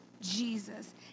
Jesus